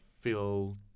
feel